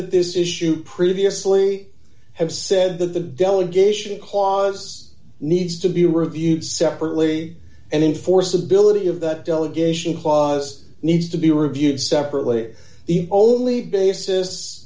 at this issue previously have said that the delegation cause needs to be reviewed separately and enforceability of that delegation was needs to be reviewed separately the only basis